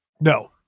No